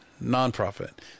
non-profit